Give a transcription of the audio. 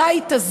אל הבית הזה,